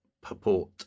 purport